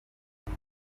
iri